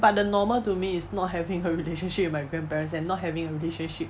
but the normal to me is not having a relationship with my grandparents and not having a relationship